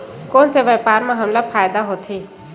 कोन से व्यापार म हमला फ़ायदा होथे?